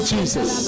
Jesus